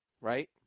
right